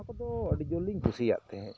ᱡᱟᱦᱟᱸ ᱠᱚᱫᱚ ᱟᱹᱰᱤ ᱡᱳᱨᱞᱤᱧ ᱠᱩᱥᱤᱭᱟᱜ ᱛᱟᱦᱮᱸᱫ